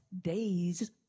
days